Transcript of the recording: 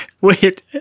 wait